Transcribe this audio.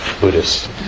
Buddhist